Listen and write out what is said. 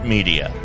Media